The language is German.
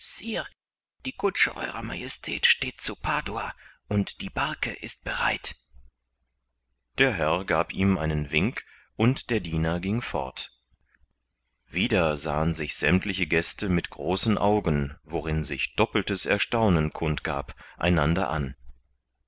die kutsche eurer majestät steht zu padua und die barke ist bereit der herr gab ihm einen wink und der diener ging fort wieder sahen sich sämmtliche gäste mit großen augen worin sich doppeltes erstaunen kund gab einander an